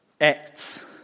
Acts